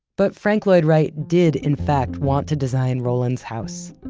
but frank lloyd wright did, in fact, want to design roland's house.